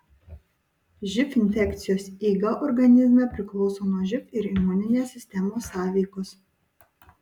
živ infekcijos eiga organizme priklauso nuo živ ir imuninės sistemos sąveikos